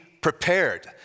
prepared